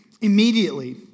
Immediately